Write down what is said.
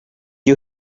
you